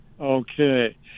Okay